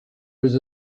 was